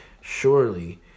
surely